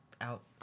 out